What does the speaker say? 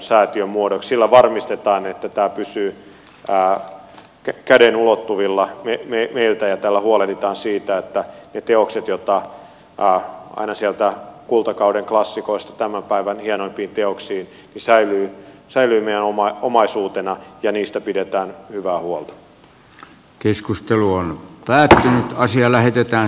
sillä varmistetaan että tämä pysyy käden ulottuvilla meiltä ja tällä huolehditaan siitä että ne teokset joita on aina sieltä kultakauden klassikoista tämän päivän hienoimpiin teoksiin säilyvät meidän omaisuutena ja niistä pidetään hyvää huolta